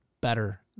better